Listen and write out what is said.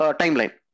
timeline